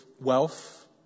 wealth